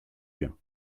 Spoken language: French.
bien